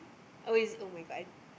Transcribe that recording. oh is it [oh]-my-god I